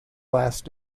last